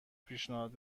پیشنهاد